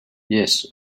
yes